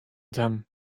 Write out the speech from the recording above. them